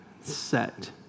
set